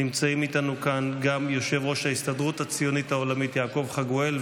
נמצאים איתנו כאן גם יושב-ראש ההסתדרות הציונית העולמית יעקב חגואל,